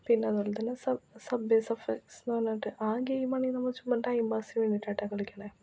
പിന്നെ അതുപോലെ തന്നെ സബ്ബി സഫ്ഫന്സ് എന്ന് പറഞ്ഞിട്ട് ആ ഗെയിമാണെങ്കിൽ നമ്മൾ ചുമ്മാ ടൈം പാസിന് വേണ്ടിയിട്ടാണ് കളിക്കുന്നത്